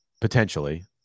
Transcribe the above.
Potentially